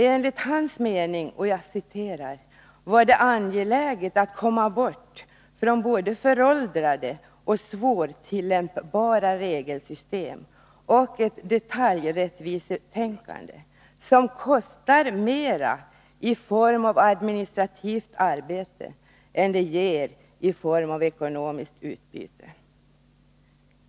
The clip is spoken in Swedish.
Enligt hans mening var det angeläget att komma bort från både föråldrade och svårtillämpbara regelsystem och ett detaljrättvisetänkande, som kostar mera i form av administrativt arbete än det ger i form av ekonomiskt utbyte.